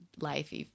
life